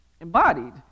embodied